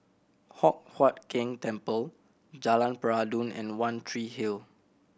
Hock Huat Keng Temple Jalan Peradun and One Tree Hill